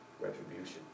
retribution